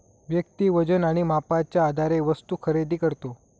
व्यक्ती वजन आणि मापाच्या आधारे वस्तू खरेदी करतो